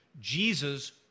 Jesus